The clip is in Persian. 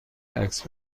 عکس